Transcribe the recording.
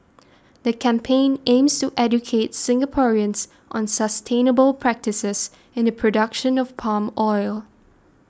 the campaign aims to educate Singaporeans on sustainable practices in the production of palm oil